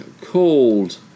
called